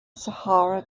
sahara